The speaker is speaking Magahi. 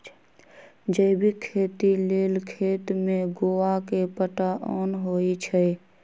जैविक खेती लेल खेत में गोआ के पटाओंन होई छै